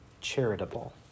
charitable